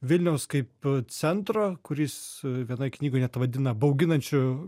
vilniaus kaip centro kurį jis vienoj knygoj net vadina bauginančiu